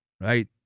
right